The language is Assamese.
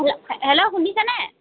হেল্ল' শুনিছেনে